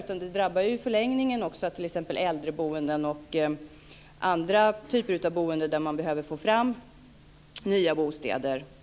I förlängningen drabbar det också t.ex. äldreboende och andra typer av boende där man behöver få fram nya bostäder.